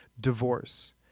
divorce